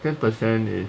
ten percent is